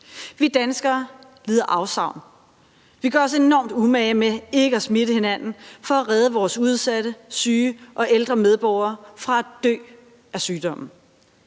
Vi danskere lider afsavn. Vi gør os enormt umage med ikke at smitte hinanden for at redde vores udsatte, syge og ældre medborgere fra at dø af sygdommen.